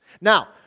Now